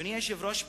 אדוני היושב-ראש,